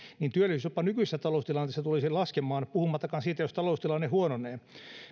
niin työllisyys jopa nykyisessä taloustilanteessa tulisi laskemaan puhumattakaan siitä jos taloustilanne huononee